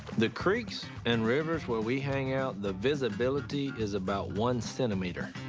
the creeks and rivers where we hang out, the visibility is about one centimeter.